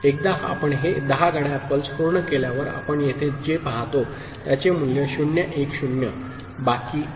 एकदा आपण हे 10 घड्याळ पल्स पूर्ण केल्यावर आपण येथे जे पाहतो त्याचे मूल्य 0 1 0 बाकी आहे